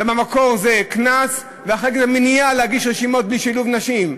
ובמקור זה קנס ואחר כך זו מניעה להגיש רשימות בלי שילוב נשים.